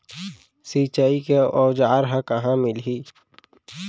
सिंचाई के औज़ार हा कहाँ मिलही?